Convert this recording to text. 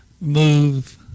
move